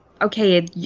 okay